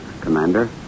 Commander